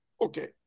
okay